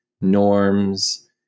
norms